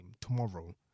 tomorrow